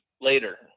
later